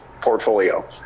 portfolio